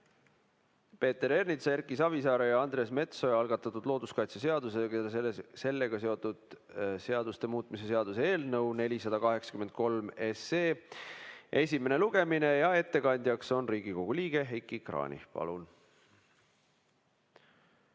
Peeter Ernitsa, Erki Savisaare ja Andres Metsoja algatatud looduskaitseseaduse ja sellega seotud seaduste muutmise seaduse eelnõu 483 esimene lugemine. Ettekandjaks on Riigikogu liige Heiki Kranich. Palun!